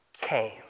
came